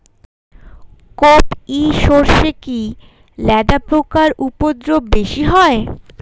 কোপ ই সরষে কি লেদা পোকার উপদ্রব বেশি হয়?